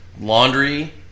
Laundry